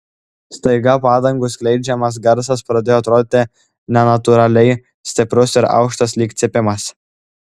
staiga padangų skleidžiamas garsas pradėjo atrodyti nenatūraliai stiprus ir aukštas lyg cypimas